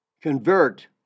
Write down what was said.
convert